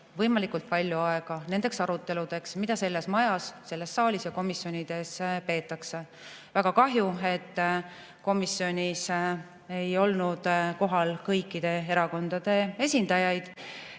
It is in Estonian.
palju aega nendeks aruteludeks, mida selles majas, selles saalis ja komisjonides peetakse. Väga kahju, et komisjonis ei olnud kohal kõikide erakondade esindajaid.